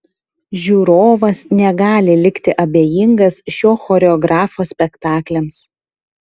žiūrovas negali likti abejingas šio choreografo spektakliams